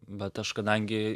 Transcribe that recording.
bet aš kadangi